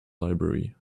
library